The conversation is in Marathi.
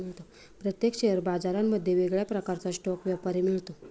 प्रत्येक शेअर बाजारांमध्ये वेगळ्या प्रकारचा स्टॉक व्यापारी मिळतो